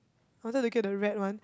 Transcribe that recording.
wanted to get the red one